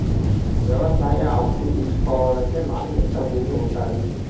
వ్యవసాయ అప్పు తీసుకోవాలంటే నాకు ఎంత భూమి ఉండాలి?